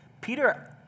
Peter